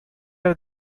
are